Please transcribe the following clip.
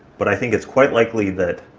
but i think it's quite likely that,